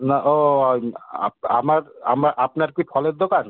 না ও ওই আমার আমা আপনার কি ফলের দোকান